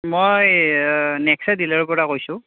মই নেক্সা ডিলাৰৰ পৰা কৈছোঁ